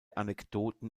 anekdoten